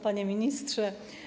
Panie Ministrze!